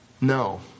no